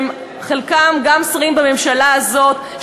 שחלקם גם שרים בממשלה הזאת,